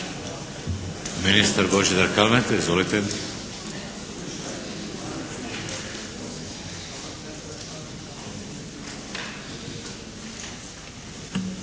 Ministar Božidar Kalmeta. Izvolite.